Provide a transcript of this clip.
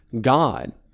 God